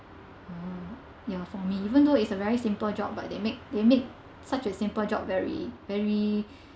oh ya for me even though it's a very simple job but they make they make such as simple job very very